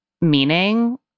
meaning